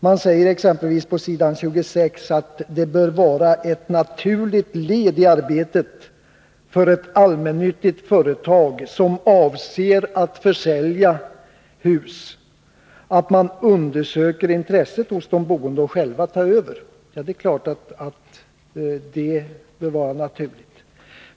På s. 26 sägs exempelvis: ”Det bör vara ett naturligt led i arbetet för ett allmännyttigt företag som avser att försälja ett hus att i förväg undersöka om de boende är intresserade av att själva ta över ——=-.” Det är klart att det bör vara naturligt.